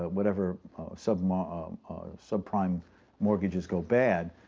but whatever subprime um subprime mortgages go bad,